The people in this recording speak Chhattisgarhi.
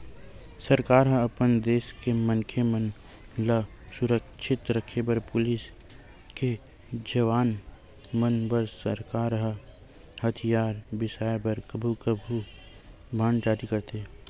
सरकार ह अपन देस के मनखे मन ल सुरक्छित रखे बर पुलिस के जवान मन बर सरकार ह हथियार बिसाय बर कभू कभू बांड जारी करथे